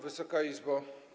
Wysoka Izbo!